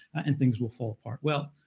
and things will fall apart. well,